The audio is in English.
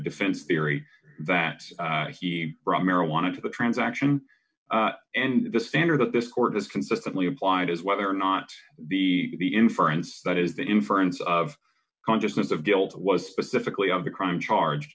defense theory that he brought marijuana to the transaction and the standard that this court has consistently applied is whether or not the inference that is the inference of consciousness of guilt was specifically of the crime charge